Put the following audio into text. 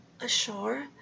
ashore